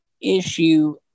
issue